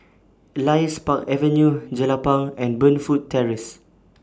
Elias Park Avenue Jelapang and Burnfoot Terrace